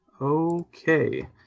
Okay